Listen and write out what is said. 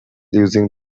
using